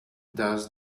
does